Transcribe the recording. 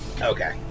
Okay